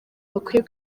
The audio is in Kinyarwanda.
bakwiye